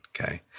okay